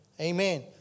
Amen